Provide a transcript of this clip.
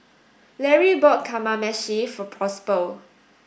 Lary bought Kamameshi for Possible